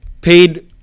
paid